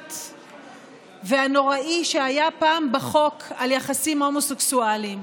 המעוות והנוראי שהיה פעם בחוק על יחסים הומוסקסואליים.